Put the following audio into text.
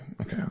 okay